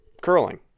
Curling